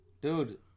Dude